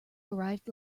arrived